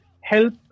help